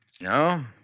No